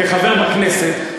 כחבר בכנסת,